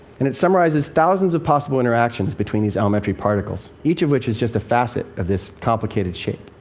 and it summarizes thousands of possible interactions between these elementary particles, each of which is just a facet of this complicated shape.